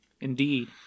Indeed